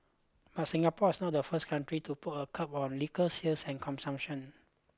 but Singapore is not the first country to put a curb on liquor sales and consumption